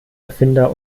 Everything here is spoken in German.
erfinder